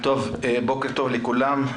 בוקר טוב לכולם.